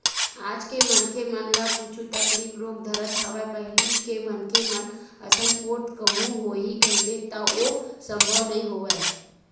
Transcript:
आज के मनखे मन ल कुछु तकलीफ रोग धरत हवय पहिली के मनखे मन असन पोठ कहूँ होही कहिबे त ओ संभव नई होवय